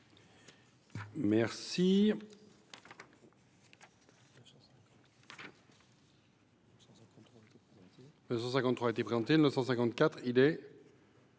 Merci